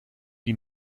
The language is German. die